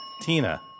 Tina